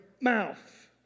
mouth